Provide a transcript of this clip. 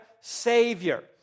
Savior